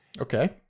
Okay